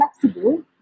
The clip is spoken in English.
flexible